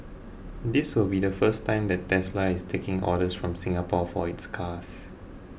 this will be the first time that Tesla is taking orders from Singapore for its cars